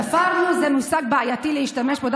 "תפרנו" הוא מושג בעייתי להשתמש בו.